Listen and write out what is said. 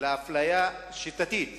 לאפליה שיטתית